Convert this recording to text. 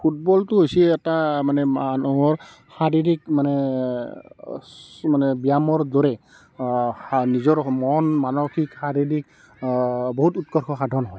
ফুটবলটো হৈছে এটা মানে মানুহৰ শাৰীৰিক মানে আছ্ মানে ব্যায়ামৰ দৰে নিজৰ মন মানসিক শাৰীৰিক বহুত উৎকৰ্ষ সাধন হয়